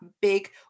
big